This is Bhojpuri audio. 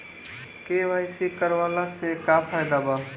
के.वाइ.सी करवला से का का फायदा बा?